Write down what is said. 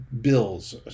bills